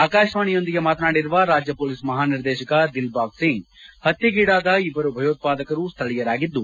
ಆಕಾಶವಾಣಿಯೊಂದಿಗೆ ಮಾತನಾಡಿರುವ ರಾಜ್ಯ ಪೊಲೀಸ್ ಮಹಾನಿರ್ದೇಶಕ ದಿಲ್ಬಾಗ್ ಸಿಂಗ್ ಹತ್ಲೆಗೀಡಾದ ಅಭ್ಲರು ಭಯೋತ್ವಾದಕರು ಸ್ವಳೀಯರಾಗಿದ್ದು